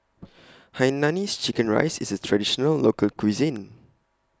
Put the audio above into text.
Hainanese Chicken Rice IS A Traditional Local Cuisine